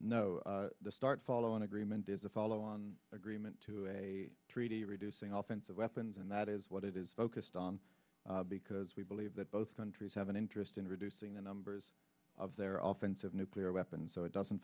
no start following agreement is a follow on agreement to a treaty reducing all sense of weapons and that is what it is focused on because we believe that both countries have an interest in reducing the numbers of their offerings of nuclear weapons so it doesn't